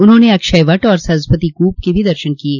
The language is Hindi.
उन्होंने अक्षय वट और सरस्वती कूप के भी दर्शन किये